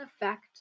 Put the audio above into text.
effect